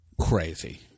crazy